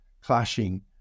clashing